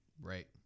right